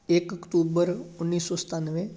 ਇੱਕ ਅਕਤੂਬਰ ਉੱਨੀ ਸੌ ਸਤਾਨਵੇਂ